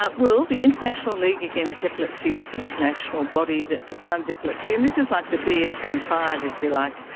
ah well, the international league against epilepsy is the international body that defines epilepsy, and this is like the d s m five, if you like,